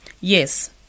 Yes